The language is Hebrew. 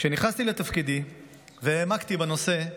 כשנכנסתי לתפקיד והעמקתי בנושא,